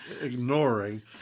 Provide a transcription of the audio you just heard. ignoring